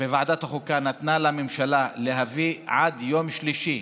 וועדת החוקה נתנו לממשלה עד יום שלישי,